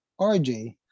RJ